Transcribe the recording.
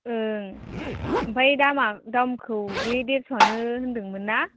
ओं ओमफाय दामा दामखौ बे देरस'आनो होन्दोंमोनना